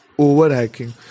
overhacking